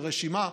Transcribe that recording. רשימה,